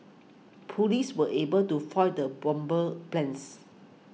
police were able to foil the bomber's plans